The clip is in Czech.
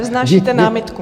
Vznášíte námitku?